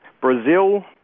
Brazil